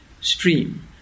stream